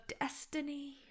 destiny